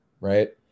right